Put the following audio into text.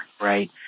right